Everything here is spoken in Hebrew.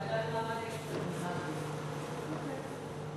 נעביר לוועדה.